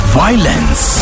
violence